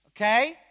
okay